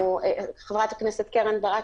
חברת הכנסת קרן ברק,